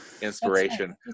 inspiration